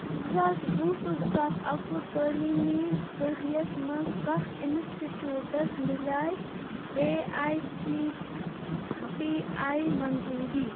زٕ ساس وُہ ٹُو زٕ ساس اَکوُہ تعلیٖمی ؤرۍ یَس مَنٛز کَتھ اِنسٹِٹیوٗٹس مِلیےٚ A I C T E منظوٗری؟